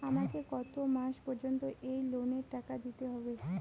আমাকে কত মাস পর্যন্ত এই লোনের টাকা দিতে হবে?